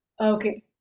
Okay